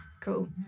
cool